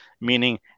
meaning